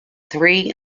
three